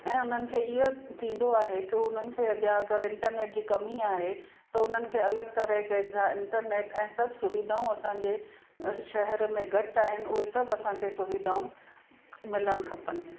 ऐं उन्हनि खे इहो थींदो आहे की हू उन्हनि खे अॻियां करण इंटरनेट जी कमी आहे त उन्हनि खे अलॻि तरह जा इंटरनेट ऐं सभु सुविधाऊं असांजे शेहर में घटि आहिनि उहे सभु असांखे सुविधाऊं मिलणु खपनि